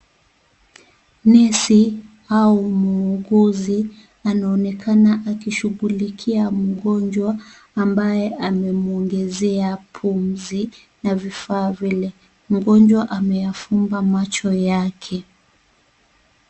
Nesi au mhuguzi anaonekana akishughulikia mgonjwa ambaye amemwongezea pumzi na vifaa vile. Mgonjwa ameyafunga macho yake.